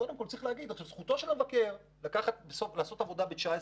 זכותו של המבקר לעשות עבודה ב-2019,